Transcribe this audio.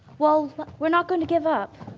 well we're not going to give up.